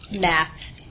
math